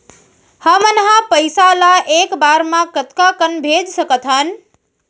हमन ह पइसा ला एक बार मा कतका कन भेज सकथन?